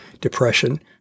depression